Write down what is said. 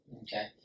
Okay